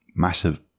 Massive